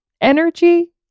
energy